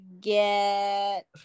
get